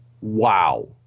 Wow